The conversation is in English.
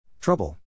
Trouble